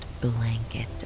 blanket